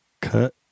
Cut